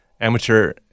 Amateur